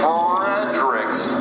Fredericks